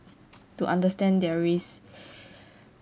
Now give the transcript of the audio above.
to understand their risk